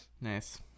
Nice